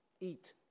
Eat